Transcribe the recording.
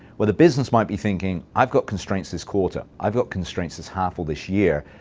but the business might be thinking, i've got constraints this quarter. i've got constraints this half of this year.